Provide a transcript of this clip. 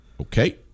Okay